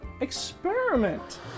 experiment